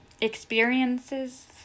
experiences